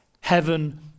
heaven